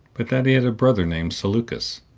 but that he had a brother named seleucus,